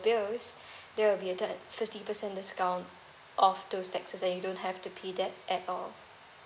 bills there will be a fifty percent discount of those taxes that you don't have to pay that at all